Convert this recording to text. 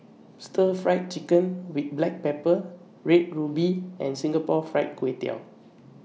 Stir Fried Chicken with Black Pepper Red Ruby and Singapore Fried Kway Tiao